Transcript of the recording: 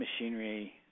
machinery